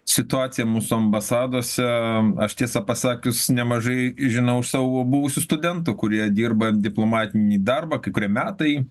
situaciją mūsų ambasadose aš tiesą pasakius nemažai žinau iš savo buvusių studentų kurie dirba diplomatinį darbą kai kurie metai